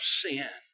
sin